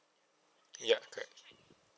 ya correct